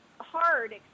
hard